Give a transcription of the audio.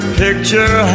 picture